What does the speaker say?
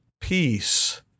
peace